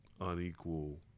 unequal